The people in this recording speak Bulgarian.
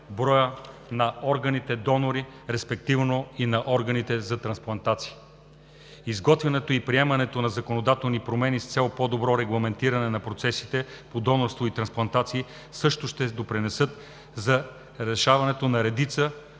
броя на органите донори, респективно и на органите за трансплантации. Изготвянето и приемането на законодателни промени с цел по доброто регламентиране на процесите по донорство и трансплантации също ще допринесат за решаването на редица